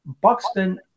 Buxton